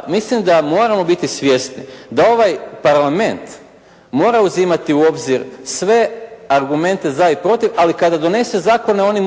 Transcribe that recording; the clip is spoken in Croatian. Mislim da moramo biti svjesni da ovaj parlament mora uzimati u obzir sve argumente za i protiv, ali kada donese zakone oni